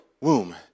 womb